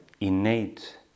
innate